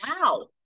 Wow